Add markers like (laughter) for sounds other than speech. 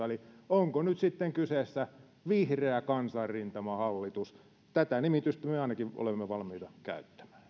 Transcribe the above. (unintelligible) eli onko nyt sitten kyseessä vihreä kansanrintamahallitus tätä nimitystä me ainakin olemme valmiita käyttämään (unintelligible)